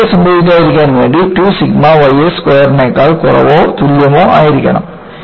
ഇത് യീൽഡ് സംഭവിക്കാതിരിക്കാൻ വേണ്ടി 2 സിഗ്മ ys സ്ക്വയറിനേക്കാൾ കുറവോ തുല്യമോ ആയിരിക്കണം